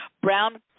brown